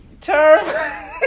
term